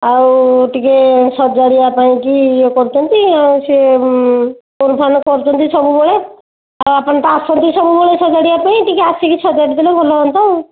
ଆଉ ଟିକେ ସଜାଡ଼ିବା ପାଇଁ କି ଇଏ କରୁଛନ୍ତି ଆଉ ସିଏ ଫୋନ୍ ଫାନ୍ କରୁଛନ୍ତି ସବୁବେଳେ ଆଉ ଆପଣ ତ ଆସନ୍ତି ସବୁବେଳେ ସଜାଡ଼ିବା ପାଇଁ ଟିକେ ଆସିକି ସଜାଡ଼ି ଦେଲେ ଭଲ ହୁଅନ୍ତା ଆଉ